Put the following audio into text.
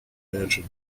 mansion